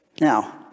Now